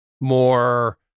more